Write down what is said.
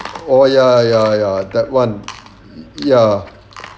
oh ya ya ya that one ya